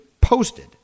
posted